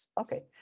Okay